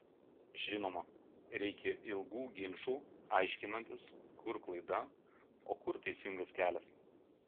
žinoma reikia ilgų ginčų aiškinantis kur klaida o kur teisingas kelias